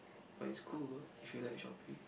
but it's cool though if you like shopping